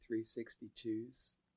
362's